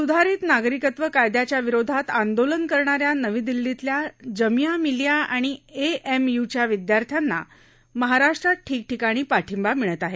सुधारित नागरिकत्व कायदयाच्या विरोधात आंदोलन करणा या नवी दिल्लीतल्या जमिया मिलिया आणि एएमयुच्या विदयार्थ्यांना महाराष्ट्रात ठिकठिकाणी पाठिंबा मिळत आहे